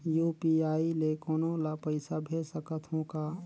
UPI ले कोनो ला पइसा भेज सकत हों का?